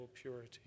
purity